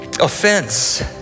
offense